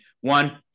One